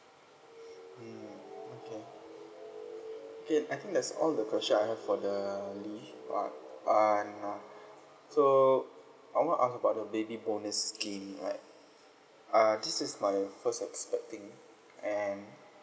mm okay okay I think that's all the question I have for the leave but I'm not so I want to ask about the baby bonus scheme like uh this is my first expecting and